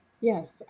Yes